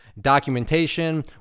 documentation